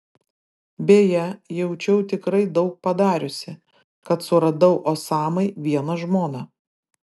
beje jaučiau tikrai daug padariusi kad suradau osamai vieną žmoną